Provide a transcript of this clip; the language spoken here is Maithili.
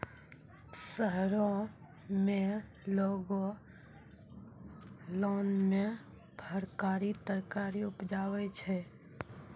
शहरो में लोगों लान मे फरकारी तरकारी उपजाबै छै